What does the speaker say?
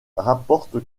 rapporte